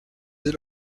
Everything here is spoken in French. dès